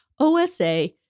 OSA